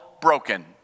broken